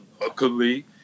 luckily